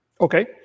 Okay